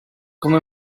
come